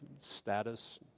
status